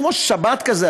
כמו שבת כזה,